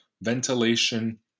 ventilation